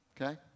okay